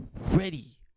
ready